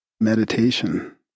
meditation